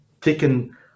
taken